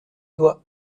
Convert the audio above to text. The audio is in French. doigt